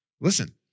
Listen